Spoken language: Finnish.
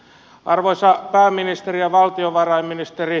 arvoisat pääministeri ja valtiovarainministeri